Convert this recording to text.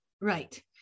Right